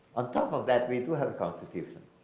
on top of that, we do have constitution,